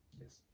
Yes